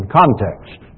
context